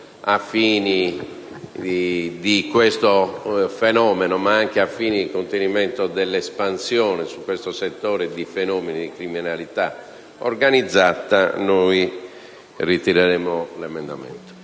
di questo fenomeno, ma anche il contenimento dell'espansione su questo settore di fenomeni di criminalità organizzata, noi ritireremmo l'emendamento.